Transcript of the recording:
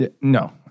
No